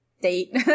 date